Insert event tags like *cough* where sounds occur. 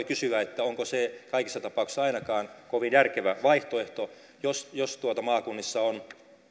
*unintelligible* kysyä onko se kaikissa tapauksissa ainakaan kovin järkevä vaihtoehto jos jos maakunnissa on